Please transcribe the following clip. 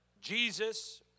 Jesus